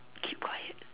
keep quiet